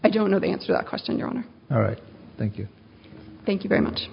i don't know the answer that question your own all right thank you thank you very much